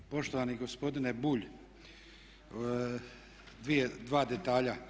Poštovani gospodine Bulj dva detalja.